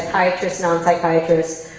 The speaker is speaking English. psychiatrists, non-psychiatrists,